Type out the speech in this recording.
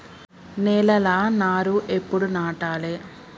నేలలా నారు ఎప్పుడు నాటాలె?